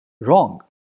Wrong